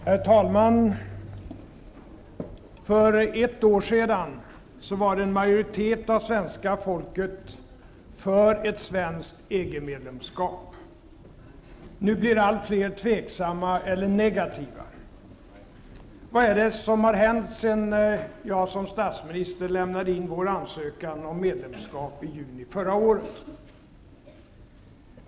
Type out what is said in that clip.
Herr talman! För ett år sedan var en majoritet av svenska folket för ett svenskt EG-medlemskap. Nu blir allt fler tveksamma eller negativa. Vad är det som har hänt, sedan jag som statsminister lämnade in vår ansökan om medlemskap i juni förra året?